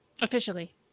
officially